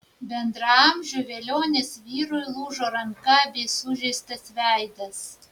bendraamžiui velionės vyrui lūžo ranka bei sužeistas veidas